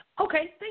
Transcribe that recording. Okay